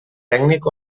tècnic